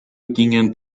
gingen